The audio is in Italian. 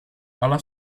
alla